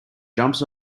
jumps